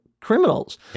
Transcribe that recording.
criminals